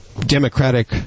democratic